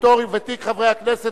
בתור ותיק חברי הכנסת,